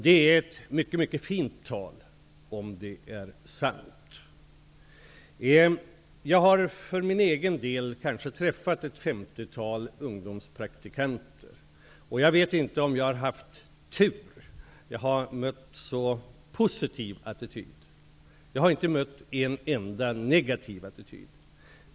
Det är ett mycket fint tal, om det är sant. Jag har för egen del kanske träffat ett femtiotal ungdomspraktikanter. Jag vet inte om jag har haft tur. Jag har mött så positiva attityder. Jag har inte mött en enda negativ attityd.